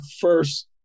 first